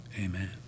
amen